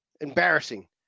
Embarrassing